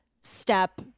step